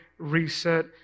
reset